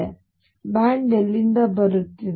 ಹಾಗಾದರೆ ಬ್ಯಾಂಡ್ ಎಲ್ಲಿಂದ ಬರುತ್ತಿದೆ